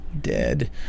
dead